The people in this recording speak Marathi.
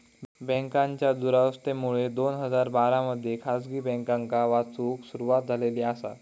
बँकांच्या दुरावस्थेमुळे दोन हजार बारा मध्ये खासगी बँकांका वाचवूक सुरवात झालेली आसा